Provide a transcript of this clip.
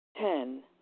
Ten